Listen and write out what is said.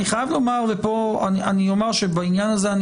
אני חייב לומר ואני אומר שבעניין הזה אני